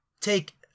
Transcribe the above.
take